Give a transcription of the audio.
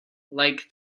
like